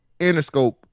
Interscope